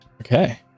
okay